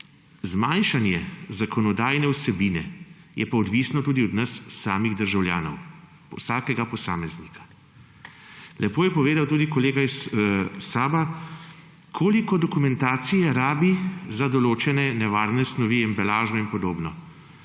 zmanjšanje zakonodajne vsebine, je pa odvisno tudi od nas državljanov, vsakega posameznika. Lepo je povedal tudi kolega iz SAB, koliko dokumentacije rabi za določene nevarne snovi, embalažo in podobno.